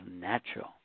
natural